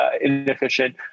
inefficient